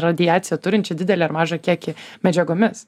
radiacija turinčia didelį ar mažą kiekį medžiagomis